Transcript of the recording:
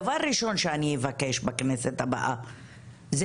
דבר ראשון שאני אבקש בכנסת הבאה זה